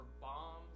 bombs